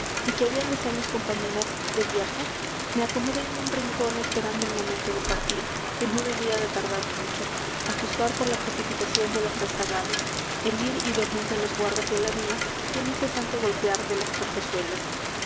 y que habían de ser mis compañeras de viaje me acomodé en un rincón esperando el momento de partir que no debía de tardar mucho á juzgar por la precipitación de los rezagados el ir y venir de los guardas de la vía y el incesante golpear de las portezuelas